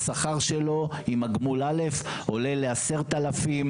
השכר שלו עם גמול א' עולה ל-10,000,